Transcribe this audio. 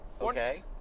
Okay